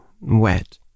wet